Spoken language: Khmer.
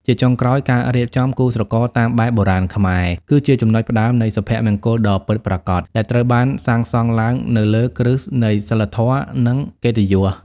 ជាចុងក្រោយ ការរៀបចំគូស្រករតាមបែបបុរាណខ្មែរ គឺជា "ចំណុចផ្ដើមនៃសុភមង្គលដ៏ពិតប្រាកដ" ដែលត្រូវបានសាងសង់ឡើងនៅលើគ្រឹះនៃសីលធម៌ និងកិត្តិយស។